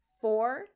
Four